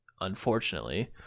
unfortunately